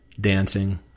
Dancing